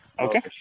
Okay